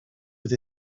with